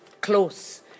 close